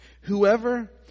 Whoever